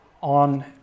on